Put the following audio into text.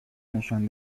نشان